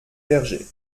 vergers